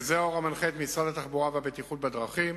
וזה האור המנחה את משרד התחבורה והבטיחות בדרכים.